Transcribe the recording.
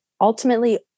ultimately